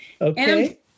Okay